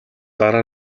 дараа